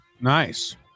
Nice